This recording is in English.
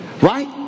right